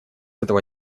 этого